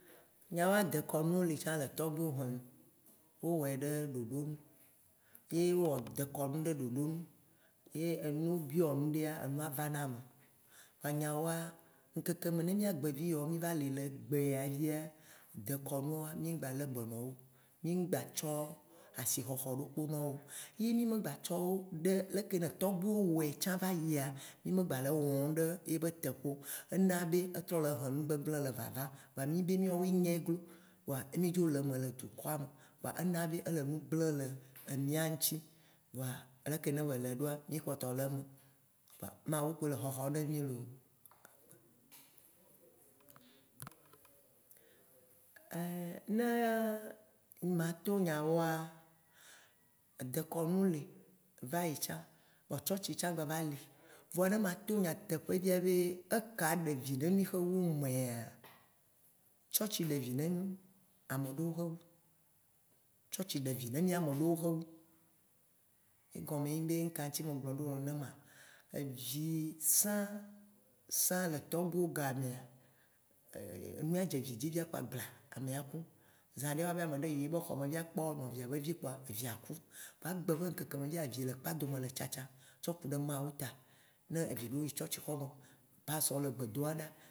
Nyawoa, dekɔnuwo li tsã le togbuiwo hɔ̃e nu, wo wɔɛ ɖe ɖoɖonu, ye wo wɔ dekɔnu ɖe ɖoɖonu, ye ne wobiɔ nuɖea, enua vana eme. Voa nyawoa ŋkeke me ne mìa egbe vi yawo mì va li le egbe ya via dekɔnuwoa mì ŋgba le be ne wo, mì gba tsɔ asi xɔxɔ ɖokpo na wo, ye mì me me gba tsɔ wo ɖe leke ye ne tɔgbuiwo wɔɛ tsã vayia, mì me gbale wɔm ɖe yibe teƒe o. Ena be etrɔ le he nugbegble le vava voa mì be mìɔwoe nyae glo. Kpoa ye mì dzo le eme le dukɔa me vɔa, ena be edzo le gble nu le mìaŋti voa leke ne be le ɖoa, mì kpɔtɔ le eme. Kpoa Mawu kpoe le xɔxɔm ne mì looo. Ne mato nyawoa, dekɔnu li va yi tsã, vɔa tsɔtsi tsã gbava li. Vɔa ne mato nyateƒe via be eka ye ɖevi ne mì xe wu mɛa? Tsɔtsi ɖe vi ne mì ameɖewo xɔ wu, tsɔtsi ɖevi ne mìa meɖewo xɔ wu. Ye gɔme ye nyi be, nuka ŋti me glɔe ɖo nenema? Evi sãsã le tɔgbuiwo be gamea nu adze vi dzi via kpoa gbla ame aku. Zãɖe wobe ameɖe yi ye be xɔ me va yi kpɔ nɔvia be vi kpoa via ku. Vɔa egbe be ŋkeke me via, evi le kpadome le tsatsam tsɔ ku ɖe Mawu ta. Ne evi ɖewo yi tsɔtsi kpame, pastɔwo le gbe doa ɖa